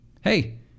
hey